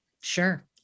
Sure